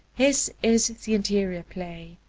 his is the interior play,